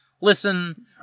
listen